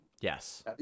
Yes